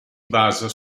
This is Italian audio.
basa